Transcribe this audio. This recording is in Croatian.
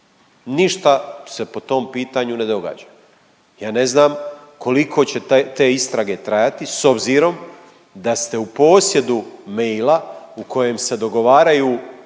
ništa se po tom pitanju ne događa. Ja ne znam koliko će te istrage trajati s obzirom da ste u posjedu maila u kojem se dogovaraju